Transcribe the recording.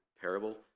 parable